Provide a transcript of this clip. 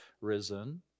risen